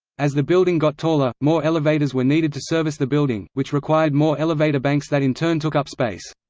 as the building got taller, more elevators were needed to service the building, which required more elevator banks that in turn took up space.